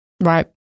Right